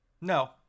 No